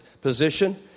position